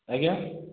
ଆଜ୍ଞା